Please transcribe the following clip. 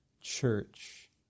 church